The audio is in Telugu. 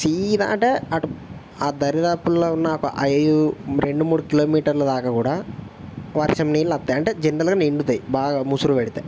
సీదా అంటే అటు ఆ దరిదాపుల్లో ఉన్న ఒక ఐదు రెండు మూడు కిలోమీటర్ల దాక కూడా వర్షం నీళ్ళు వస్తాయంటే జనరల్గా నిండుతాయి బాగా ముసురు పెడుతాయి